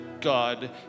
God